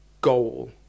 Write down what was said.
goal